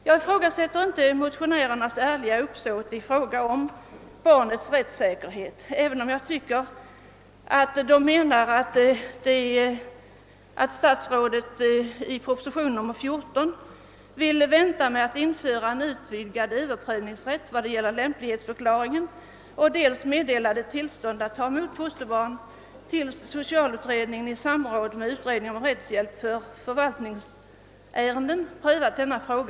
Jag ifrågasätter inte motionärernas ärliga uppsåt vad beträffar barnens rättssäkerhet, även om jag tycker att de överdriver när de menar att statsrådet i proposition nr 14 vill vänta med att införa en utvidgad överprövningsrätt i fråga om dels lämplighets förklaringen, dels meddelat tillstånd att ta emot fosterbarn tills socialutredningen i samråd med utredningen om rättshjälp för förvaltningsärenden prövat denna fråga.